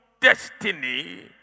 destiny